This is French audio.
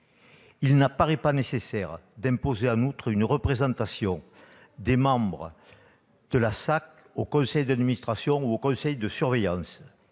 Il ne paraît pas nécessaire d'imposer, en outre, une représentation des membres de la SAC au conseil d'administration ou au conseil de surveillance.